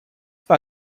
for